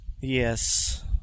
Yes